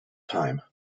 time